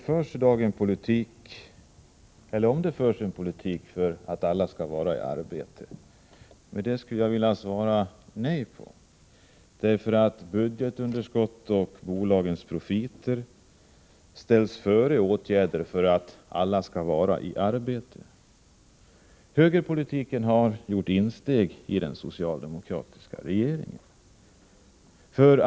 Fru talman! Förs det i dag en politik för att alla skall vara i arbete? Den frågan skulle jag vilja svara nej på. Budgetunderskott och bolagens profiter ställs före åtgärder för att alla skall vara i arbete. Högerpolitiken har gjort insteg i den socialdemokratiska regeringen.